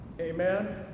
Amen